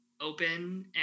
open